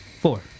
Four